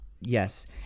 Yes